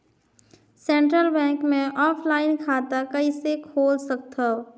Central Bank मे offline खाता कइसे खोल सकथव?